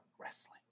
wrestling